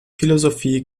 philosophie